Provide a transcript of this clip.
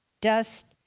dust,